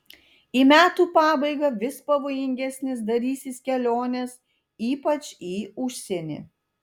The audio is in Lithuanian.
į metų pabaigą vis pavojingesnės darysis kelionės ypač į užsienį